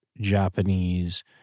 Japanese